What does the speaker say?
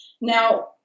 Now